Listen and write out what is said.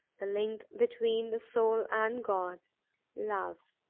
the link between the soul and god love!